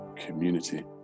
community